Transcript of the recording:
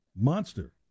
monster